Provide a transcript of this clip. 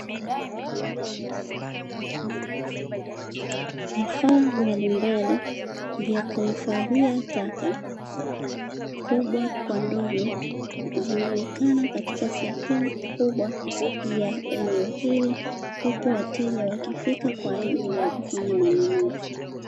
Vifaa mbalimbali vya kuhifadhia taka kubwa kwa ndogo zinaonekana katika sehemu kubwa ya eneo hili, huku wateja wakifika kwa ajili ya kufanya manunuzi.